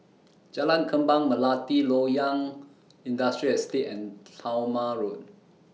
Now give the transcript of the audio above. Jalan Kembang Melati Loyang Industrial Estate and Talma Road